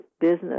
business